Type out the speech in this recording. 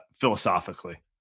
philosophically